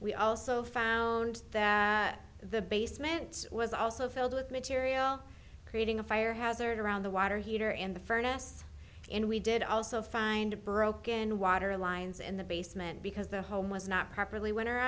we also found that the basement was also filled with material creating a fire hazard around the water heater and the furnace and we did also find a broken water lines in the basement because the home was not properly w